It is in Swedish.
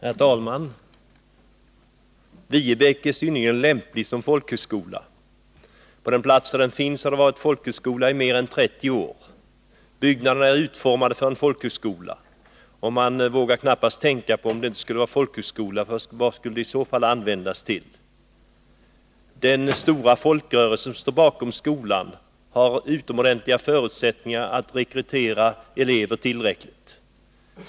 Fru talman! Viebäck är synnerligen lämplig som folkhögskola. På den plats där den finns har det varit folkhögskola mer än 30 år. Byggnaderna är utformade för en folkhögskola, och man vågar knappast tänka på vad de skulle användas till om inte för en folkhögskola. Den stora folkrörelse som står bakom skolan har utomordentliga förutsättningar att rekrytera tillräckligt med elever.